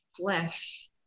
flesh